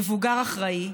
מבוגר אחראי,